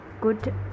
good